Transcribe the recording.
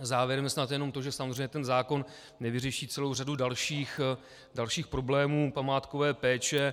Závěrem snad jenom to, že samozřejmě zákon nevyřeší celou řadu dalších problémů památkové péče.